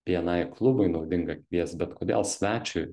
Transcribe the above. bni klubui naudinga kviest bet kodėl svečiui